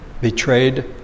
betrayed